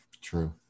True